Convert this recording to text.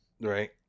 Right